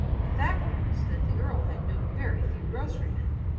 the fact was that the earl had known very few grocery-men,